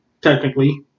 technically